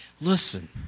listen